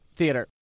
Theater